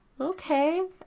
okay